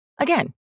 Again